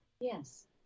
Yes